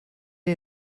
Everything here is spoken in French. est